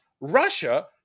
Russia